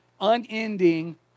unending